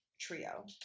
trio